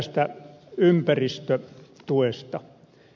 sitten tästä ympäristötuesta